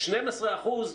12 אחוזים,